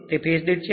તે ફેજ દીઠ છે